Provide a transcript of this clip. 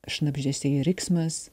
šnabždesiai ir riksmas